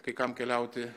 kai kam keliauti